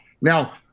Now